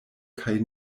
kaj